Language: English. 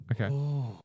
Okay